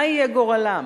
מה יהיה גורלם?